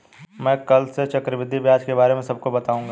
मैं कल से चक्रवृद्धि ब्याज के बारे में सबको बताऊंगा